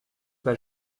pas